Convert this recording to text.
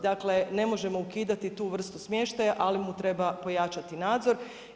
Dakle, ne možemo ukidati tu vrstu smještaja, ali mu treba pojačati nadzor.